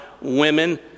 women